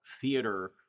theater